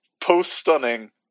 post-stunning